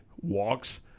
walks